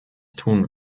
tun